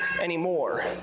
anymore